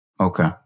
okay